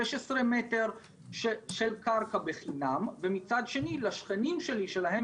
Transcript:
16 מטר של קרקע בחינם ומצד שני לשכנים שלי שלהם